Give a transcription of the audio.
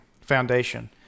foundation